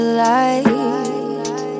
light